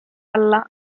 alla